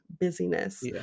busyness